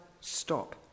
stop